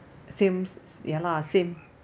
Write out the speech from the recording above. sames ya lah same